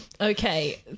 okay